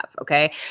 Okay